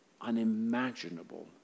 unimaginable